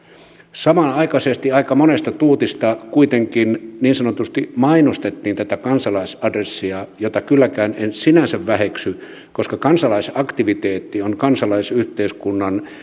samanaikaisesti aika monesta tuutista kuitenkin niin sanotusti mainostettiin tätä kansalaisadressia jota kylläkään en sinänsä väheksy koska kansalaisaktiviteetti on kansalaisyhteiskunnan